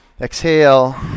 Exhale